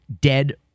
dead